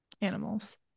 Animals